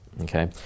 Okay